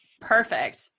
perfect